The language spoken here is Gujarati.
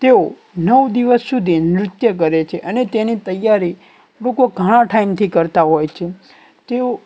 તેઓ નવ દિવસ સુધી નૃત્ય કરે છે અને તેની તૈયારી લોકો ઘણા ટાઈમથી કરતા હોય છે તેઓ